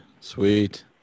sweet